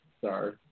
sorry